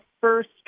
first